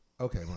Okay